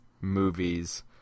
movies